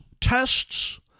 tests